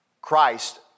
Christ